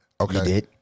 Okay